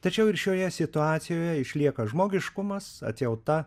tačiau ir šioje situacijoje išlieka žmogiškumas atjauta